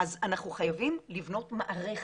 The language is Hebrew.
אז אנחנו חייבים לבנות מערכת.